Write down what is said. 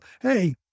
Hey